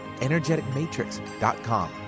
energeticmatrix.com